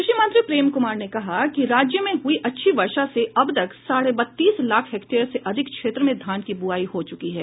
कृषि मंत्री प्रेम कुमार ने कहा कि राज्य में हुई अच्छी वर्षा से अब तक साडे बत्तीस लाख हेक्टेयर से अधिक क्षेत्र में धान की बुआई हो चुकी है